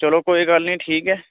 चलो कोई गल्ल निं ठीक ऐ